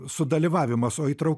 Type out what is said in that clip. sudalyvavimas o įtrau